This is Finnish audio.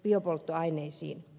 biopolttoaineisiin